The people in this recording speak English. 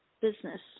business